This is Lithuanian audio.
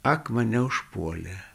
ak mane užpuolė